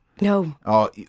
No